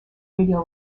radio